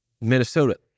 Minnesota